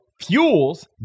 fuels